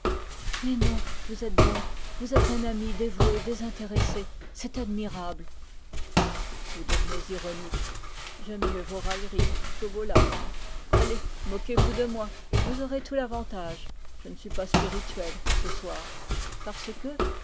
mais non vous êtes bon vous êtes un ami fraternel désintéressé c'est admirable allez moquez-vous de moi vous aurez tout l'avantage je ne suis pas spirituel ce soir parce que